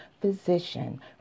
physician